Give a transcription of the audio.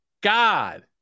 god